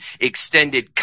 extended